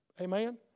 Amen